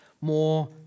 more